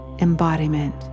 embodiment